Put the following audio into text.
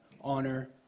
honor